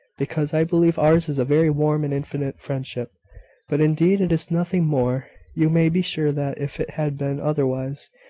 because i believe ours is a very warm and intimate friendship but indeed it is nothing more. you may be sure that, if it had been otherwise,